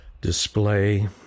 display